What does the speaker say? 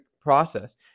process